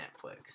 Netflix